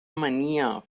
mania